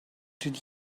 did